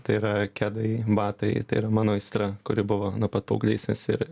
tai yra kedai batai tai yra mano aistra kuri buvo nuo pat paauglystės ir